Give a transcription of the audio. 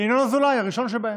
ינון אזולאי הוא הראשון שבהם.